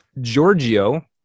Giorgio